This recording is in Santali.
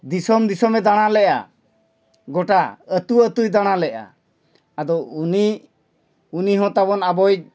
ᱫᱤᱥᱚᱢ ᱫᱤᱥᱚᱢᱮ ᱫᱟᱬᱟ ᱞᱮᱜᱼᱟ ᱜᱚᱴᱟ ᱟᱛᱳ ᱟᱛᱳᱭ ᱫᱟᱬᱟ ᱞᱮᱜᱼᱟ ᱟᱫᱚ ᱩᱱᱤ ᱩᱱᱤᱦᱚᱸ ᱛᱟᱵᱚᱱ ᱟᱵᱚᱭᱤᱡ